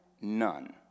none